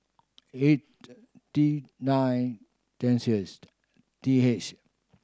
eight D nine T H